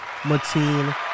Mateen